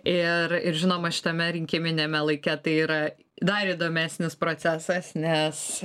ir ir žinoma šitame rinkiminiame laike tai yra dar įdomesnis procesas nes